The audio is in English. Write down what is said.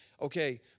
Okay